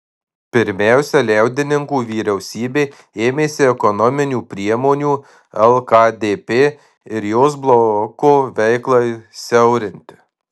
pirmiausia liaudininkų vyriausybė ėmėsi ekonominių priemonių lkdp ir jos bloko veiklai siaurinti